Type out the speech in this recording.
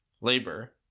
Labor